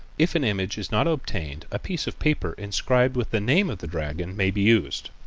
if an image is not obtainable a piece of paper inscribed with the name of the dragon may be used.